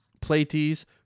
Plates